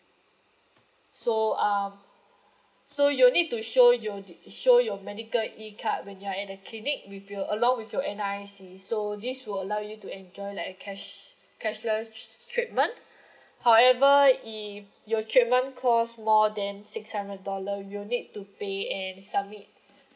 so um so you'll need to show your the show your medical E card when you're at the clinic with your along with your N_R_I_C so this will allow you to enjoy like a cash cashless treatment however if your treatment costs more than six hundred dollar you'll need to pay and submit